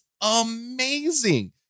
amazing